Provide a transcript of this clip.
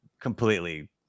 completely